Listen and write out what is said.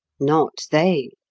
not they.